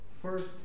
First